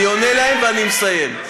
אני עונה להם ואני מסיים.